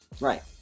right